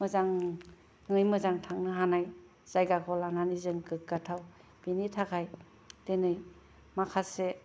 मोजाङै मोजां थांनो हानाय जायगाखौ लानानै जों गोग्गा थाव बेनि थाखाय दिनै माखासे